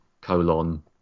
colon